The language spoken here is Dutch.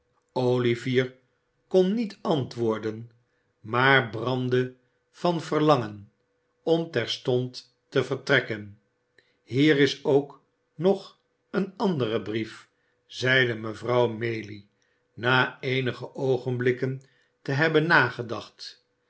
olivier kon niet antwoorden maar brandde van verlangen om terstond te vertrekken hier is ook nog een andere brief zeide mevrouw maylie na eenige oogenblikken te hebben nagedacht